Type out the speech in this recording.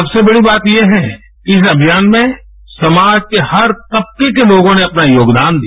सबसे बड़ी बात यह है कि इस अभियान में समाज में हर तबके के लोगों ने अपना योगदान दिया